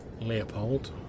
Leopold